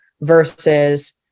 versus